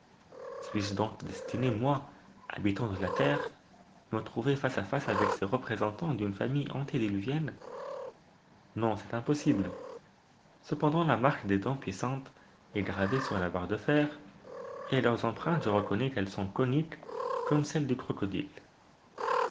suis-je donc destiné moi habitant de la terre à me trouver face à face avec ces représentants d'une famille antédiluvienne non c'est impossible cependant la marque des dents puissantes est gravée sur la barre de fer et à leur empreinte je reconnais qu'elles sont coniques comme celles du crocodile